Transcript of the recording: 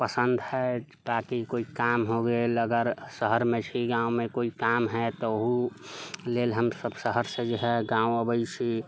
पसन्द हइ ताकि कोइ काम हो गेल अगर शहरमे छी गाँवमे कोइ काम हइ तऽ ओ लेल हम सब शहर से जे हइ गाँव अबैत छी